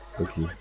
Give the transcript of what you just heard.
okay